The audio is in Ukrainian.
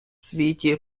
світі